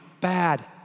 bad